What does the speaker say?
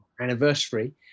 anniversary